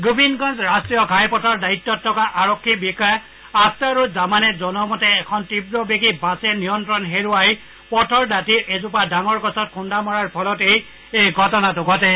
গোবিন্দগঞ্জ ৰাষ্ট্ৰীয় ঘাইপথৰ দায়িত্তত থকা আৰক্ষী বিষয়া আখটাৰুজ জামানে জনোৱা মতে এখন তীৱ বেগা বাছে নিয়ন্ত্ৰণ হেৰুৱাই পথৰ দাতিৰ এজোপা ডাঙৰ গছত খুন্দা মৰাৰ ফলতেই এই ঘটনাটো ঘটে